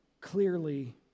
clearly